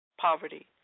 poverty